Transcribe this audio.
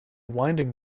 winding